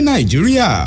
Nigeria